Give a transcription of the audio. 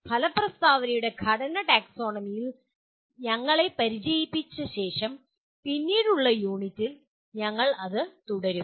ഫലപ്രസ്താവനയുടെ ഘടന ടാക്സോണമിയിൽ ഞങ്ങളെ പരിചയിപ്പിച്ച ശേഷം പിന്നീടുള്ള ഒരു യൂണിറ്റിൽ ഞങ്ങൾ അത് തുടരും